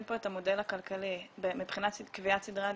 פה את המודל הכלכלי מבחינת קביעת סדרי עדיפויות.